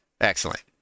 Excellent